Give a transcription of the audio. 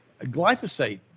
glyphosate